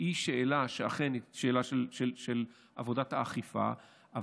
היא אכן שאלה על עבודת האכיפה,